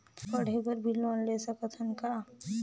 पढ़े बर भी लोन ले सकत हन का?